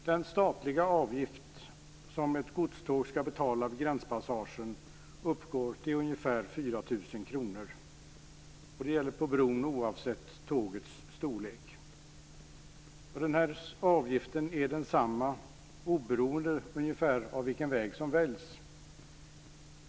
Den statliga avgift som ett godståg ska betala vid gränspassagen uppgår till ungefär 4 000 kr. Det gäller på bron oavsett tågets storlek. Avgiften är ungefär densamma oberoende av vilken väg som väljs.